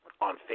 on